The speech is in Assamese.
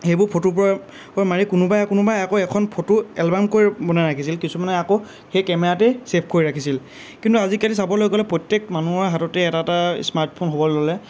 সেইবোৰ ফটোবোৰৰ মাৰি কোনোবায়ে কোনোবায়ে আকৌ এখন ফটো এলবাম কৰি বনাই ৰাখিছিল কিছুমানে আকৌ সেই কেমেৰাতেই ছেভ কৰি ৰাখিছিল কিন্তু আজিকালি চাবলৈ গ'লে প্ৰত্যেক মানুহৰ হাততেই এটা এটা স্মাৰ্টফোন হ'বলৈ ল'লে